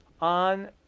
on